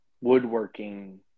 woodworking